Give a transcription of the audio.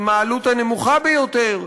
עם העלות הנמוכה ביותר,